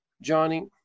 Johnny